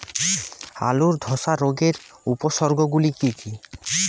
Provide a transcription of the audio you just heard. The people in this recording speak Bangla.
আলুর ধসা রোগের উপসর্গগুলি কি কি?